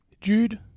Jude